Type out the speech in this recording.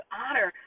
honor